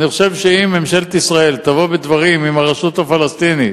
אני חושב שאם ממשלת ישראל תבוא בדברים עם הרשות הפלסטינית